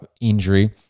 injury